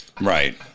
Right